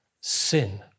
sin